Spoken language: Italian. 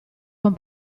con